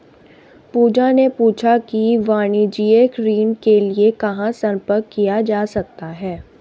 पूजा ने पूछा कि वाणिज्यिक ऋण के लिए कहाँ संपर्क किया जा सकता है?